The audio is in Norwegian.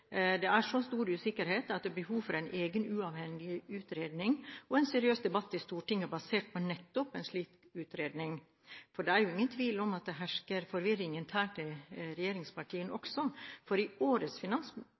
Det er så stor usikkerhet at det er behov for en egen uavhengig utredning og en seriøs debatt i Stortinget basert på nettopp en slik utredning. For det er jo ingen tvil om at det hersker forvirring internt i regjeringspartiene